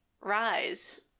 Rise